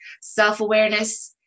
self-awareness